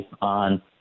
on